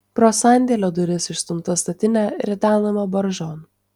pro sandėlio duris išstumta statinė ridenama baržon